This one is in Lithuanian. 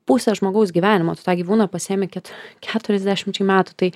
pusę žmogaus gyvenimo tu tą gyvūną pasiimi ket keturiasdešimčiai metų tai